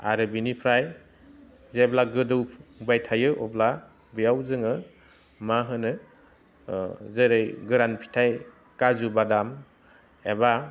आरो बिनिफ्राय जेब्ला गोदौबाय थायो अब्ला बेयाव जोङो मा होनो जेरै गोरान फिथाइ खाजु बादाम एबा